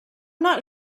not